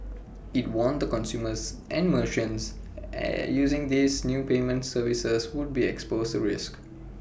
IT warned the consumers and merchants are using these new payment services would be exposed to risks